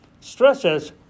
stresses